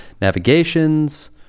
navigations